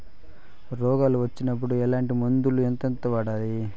రోగాలు వచ్చినప్పుడు ఎట్లాంటి మందులను ఎంతెంత వాడాలి?